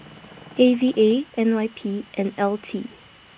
A V A N Y P and L T